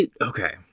Okay